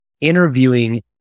interviewing